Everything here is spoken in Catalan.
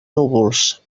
núvols